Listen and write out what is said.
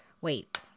Wait